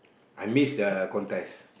I miss the contest